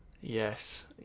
Yes